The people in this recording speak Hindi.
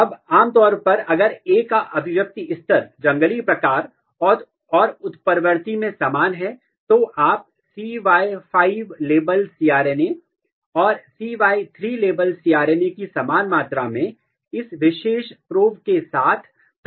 अब आम तौर पर अगर ए का अभिव्यक्ति स्तर जंगली प्रकार और उत्परिवर्ती में समान है तो आप cy 5 लेबल cRNA और cy 3 लेबल cRNA की समान मात्रा मैं इस विशेष प्रोब के साथ संकरण की उम्मीद कर रहे हैं